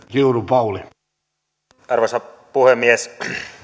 arvoisa puhemies